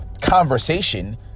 conversation